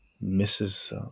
misses